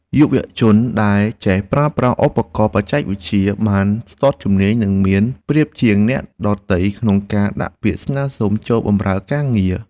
យុវជនដែលចេះប្រើប្រាស់ឧបករណ៍បច្ចេកវិទ្យាបានស្ទាត់ជំនាញនឹងមានប្រៀបជាងអ្នកដទៃក្នុងការដាក់ពាក្យស្នើសុំចូលបម្រើការងារ។